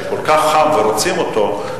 שהוא כל כך חם ורוצים אותו,